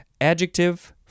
Adjective